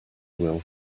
will